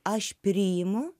aš priimu